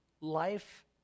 Life